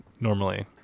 normally